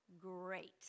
Great